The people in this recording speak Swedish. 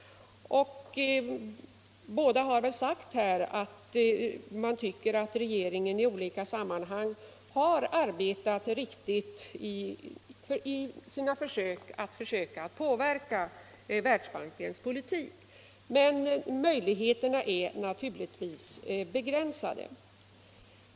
Båda talarna tyckte att regeringen i olika sammanhang har arbetat riktigt i sina försök att påverka Världsbankens politik, men möjligheterna där är naturligtvis begränsade.